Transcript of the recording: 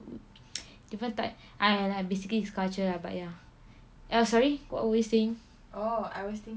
different type !aiya! basically it's culture lah but ya sorry what were you saying